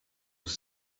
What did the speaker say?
was